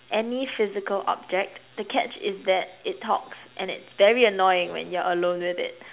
any physical object the catch is that it talks and it's very annoying when you're alone with it